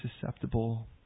susceptible